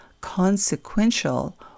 consequential